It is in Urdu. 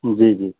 جی جی